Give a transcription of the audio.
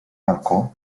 balcó